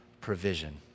provision